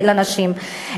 לנשים.